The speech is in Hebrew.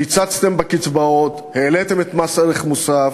קיצצתם בקצבאות, העליתם את מס ערך מוסף.